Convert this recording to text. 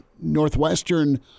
Northwestern